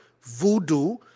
voodoo